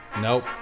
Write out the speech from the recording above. Nope